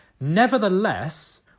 Nevertheless